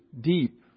deep